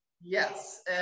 yes